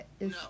No